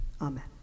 Amen